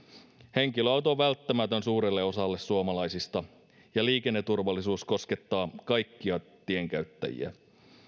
henkilöauto on välttämätön suurelle osalle suomalaisista ja liikenneturvallisuus koskettaa kaikkia tienkäyttäjiä